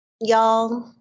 Y'all